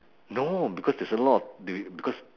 no because there's a lot of they because